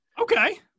Okay